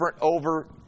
over